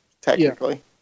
technically